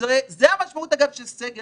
זו המשמעות, אגב, של סגר.